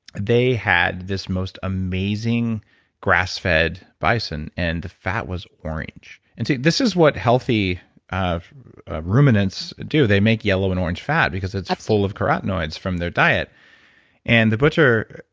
they had this most amazing grass fed bison and the fat was orange and see, this is what healthy ruminants do. they make yellow and orange fat because it's full of carotenoids from their diet and the butcher,